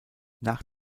nach